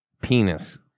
Penis